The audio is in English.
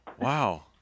Wow